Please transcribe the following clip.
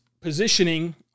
positioning